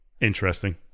interesting